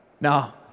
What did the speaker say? Now